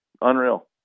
Unreal